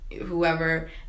whoever